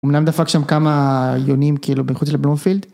אמנם דפק שם כמה יונים במיוחד של בלוםפילד.